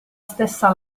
stessa